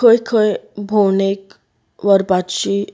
खंय खंय भोंवडेक व्हरपाची